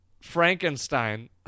Frankenstein